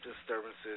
disturbances